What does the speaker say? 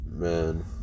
man